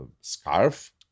scarf